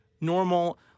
normal